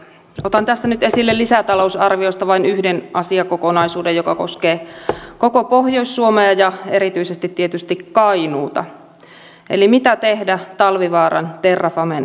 otan tässä nyt esille lisätalousarviosta vain yhden asiakokonaisuuden joka koskee koko pohjois suomea ja tietysti erityisesti kainuuta eli mitä tehdä talvivaaran terrafamen kaivoksen suhteen